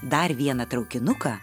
dar vieną traukinuką